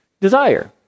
desire